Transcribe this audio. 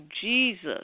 Jesus